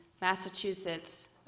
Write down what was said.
Massachusetts